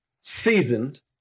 seasoned